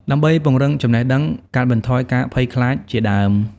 ដើម្បីពង្រឹងចំណេះដឹង កាត់បន្ថយការភ័យខ្លាចជាដើម។